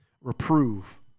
Reprove